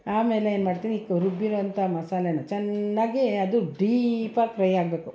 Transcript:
ಆಮೇಲೆ ಏನ್ಮಾಡ್ತೀನಿ ಈ ರುಬ್ಬಿದಂಥ ಮಸಾಲೇನ ಚೆನ್ನಾಗಿ ಅದು ಡೀಪಾಗಿ ಫ್ರೈ ಆಗಬೇಕು